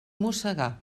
mossegar